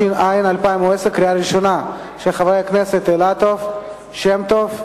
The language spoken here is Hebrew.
כלכלה וקליטה, כן.